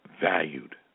valued